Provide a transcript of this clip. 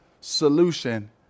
solution